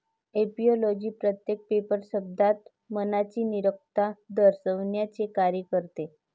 ऍपिओलॉजी प्रत्येक पेपर शब्दात मनाची निरर्थकता दर्शविण्याचे कार्य करते